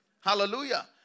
Hallelujah